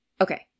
Okay